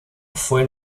fue